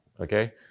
okay